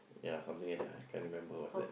ya something like that lah can't remember what's that